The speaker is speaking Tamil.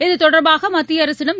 இதுதொடர்பாக மத்திய அரசிடம்